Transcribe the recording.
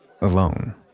alone